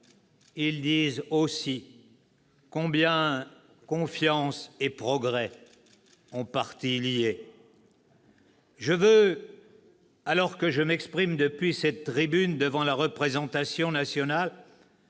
Ils disent aussi combien confiance et progrès ont partie liée. « Je veux, alors que je m'exprime depuis cette tribune devant la représentation nationale,